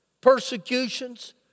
persecutions